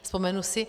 Vzpomenu si.